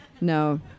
No